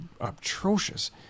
atrocious